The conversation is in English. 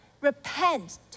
repent